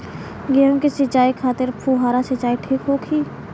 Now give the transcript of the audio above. गेहूँ के सिंचाई खातिर फुहारा सिंचाई ठीक होखि?